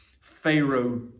Pharaoh